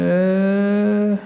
ואני